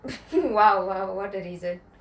!wow! !wow! what a reason